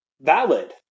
valid